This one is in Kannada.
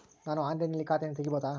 ನಾನು ಆನ್ಲೈನಿನಲ್ಲಿ ಖಾತೆಯನ್ನ ತೆಗೆಯಬಹುದಾ?